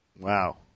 Wow